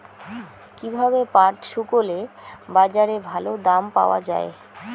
কীভাবে পাট শুকোলে বাজারে ভালো দাম পাওয়া য়ায়?